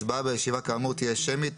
הצבעה בישיבה כאמור תהיה שמית,